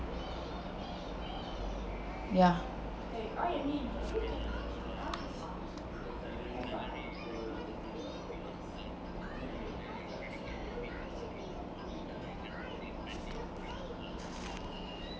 ya